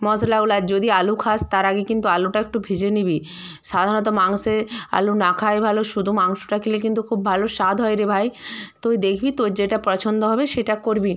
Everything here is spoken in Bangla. মশলা হলো আর যদি আলু খাস তার আগে কিন্তু আলুটা একটু ভেজে নিবি সাধারণত মাংসে আলু না খাওয়াই ভালো শুদু মাংসটা খেলে কিন্তু খুব ভালো স্বাদ হয় রে ভাই তুই দেখবি তোর যেটা পছন্দ হবে সেটা করবি